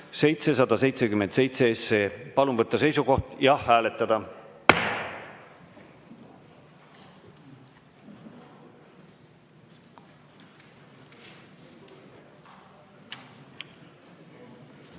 777. Palun võtta seisukoht ja hääletada!